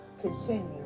continue